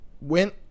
went